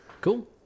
Cool